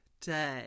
day